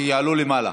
שיעלו למעלה.